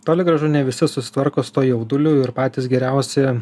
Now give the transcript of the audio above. toli gražu ne visi susitvarko su tuo jauduliu ir patys geriausi